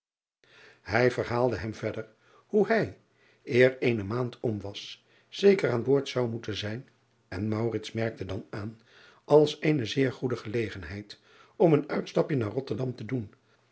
ij verhaalde hem verder hoe hij eer eene maand om was zeker aan boord zou moeten zijn en merkte dat aan als eene zeer goede gelegenheid om een uitstapje naar otterdam te doen